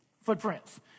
footprints